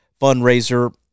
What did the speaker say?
fundraiser